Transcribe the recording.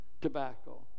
tobacco